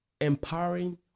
empowering